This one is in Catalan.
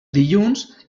dilluns